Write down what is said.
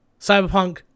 cyberpunk